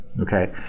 Okay